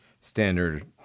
standard